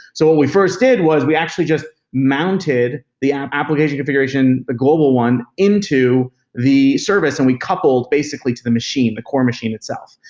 so what we first did was we actually just mounted the um application configuration, the global one, into the service and we coupled basically to the machine, the core machine itself,